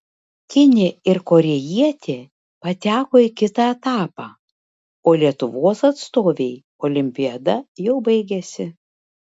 kinė ir korėjietė pateko į kitą etapą o lietuvos atstovei olimpiada jau baigėsi